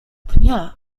pnia